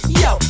yo